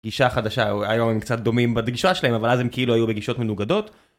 גישה חדשה הוא היום עם קצת דומים בגישה שלהם אבל אז הם כאילו היו בגישות מנוגדות.